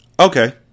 Okay